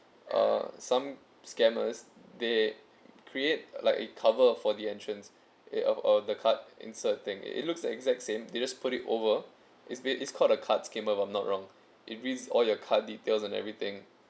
uh some scammers they create like a cover for the entrance eh of the card inserting it looks the exact same they just put it over is bas~ is called the cards skimmer if I'm not wrong it reads all your card details and everything